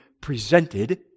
presented